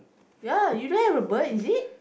ya you don't have a bird is it